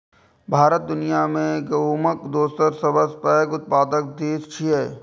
भारत दुनिया मे गहूमक दोसर सबसं पैघ उत्पादक देश छियै